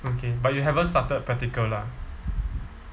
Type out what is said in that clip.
okay but you haven't started practical lah